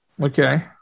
Okay